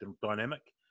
dynamic